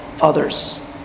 others